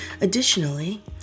Additionally